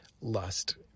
lust